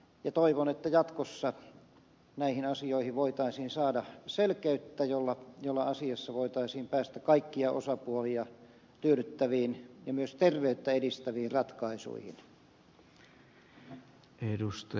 toivon että jatkossa näihin asioihin voitaisiin saada selkeyttä jolla asiassa voitaisiin päästä kaikkia osapuolia tyydyttäviin ja myös terveyttä edistäviin ratkaisuihin